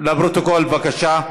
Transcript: לפרוטוקול, בבקשה.